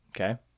Okay